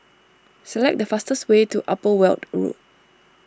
select the fastest way to Upper Weld Road